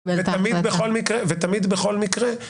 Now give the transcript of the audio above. את ההחלטה.